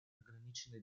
ограниченный